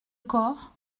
corps